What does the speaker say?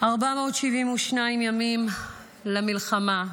472 ימים למלחמה,